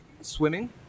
swimming